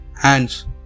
hands